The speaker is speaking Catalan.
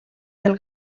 del